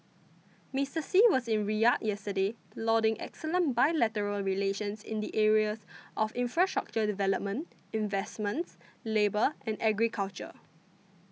Mister Xi was in Riyadh yesterday lauding excellent bilateral relations in the areas of infrastructure development investments labour and agriculture